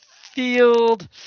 field